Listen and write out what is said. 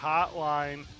Hotline